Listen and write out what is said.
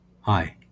Hi